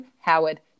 Howard